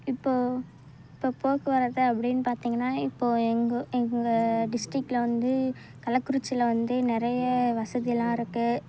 இப்போது இப்போது போக்குவரத்து அப்படீன்னு பார்த்தீங்கன்னா இப்போது எங்கள் எங்கள் டிஸ்ட்ரிக்டில் வந்து கள்ளக்குறிச்சியில் வந்து நிறைய வசதி எல்லாம் இருக்குது